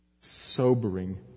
sobering